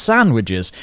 Sandwiches